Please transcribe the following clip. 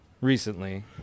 recently